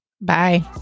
Bye